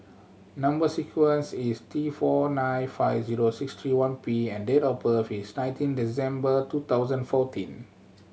number sequence is T four nine five zero six three one P and date of birth is nineteen December two thousand fourteen